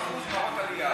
כבוד השר,